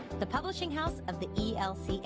the publishing house of the elca.